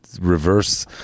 reverse